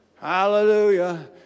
Hallelujah